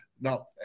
no